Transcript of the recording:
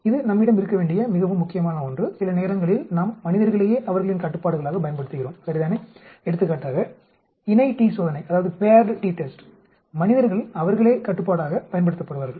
இது நம்மிடம் இருக்க வேண்டிய மிகவும் முக்கியமான ஒன்று சில நேரங்களில் நாம் மனிதர்களையே அவர்களின் கட்டுப்பாடுகளாகப் பயன்படுத்துகிறோம் சரிதானே எடுத்துக்காட்டாக இணை t சோதனை மனிதர்கள் அவர்களே கட்டுப்பாடாகப் பயன்படுத்தப்படுவார்கள்